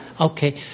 Okay